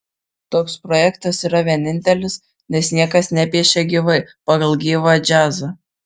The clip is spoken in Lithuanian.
toks projektas yra vienintelis nes niekas nepiešia gyvai pagal gyvą džiazą